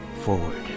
forward